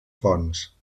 fonts